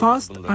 First